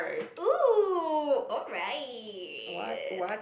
oh alright